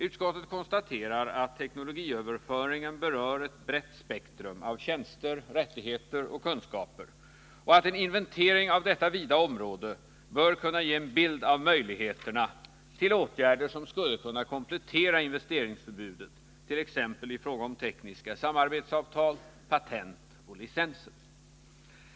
Utskottet konstaterar att teknologiöverföringen berör ett brett spektrum av tjänster, rättigheter och kunskaper och att en inventering av detta vida område bör kunna ge en bild av möjligheterna för åtgärder som skulle kunna komplettera investeringsförbudet, t.ex. i fråga om tekniska samarbetsavtal, patent och licenser.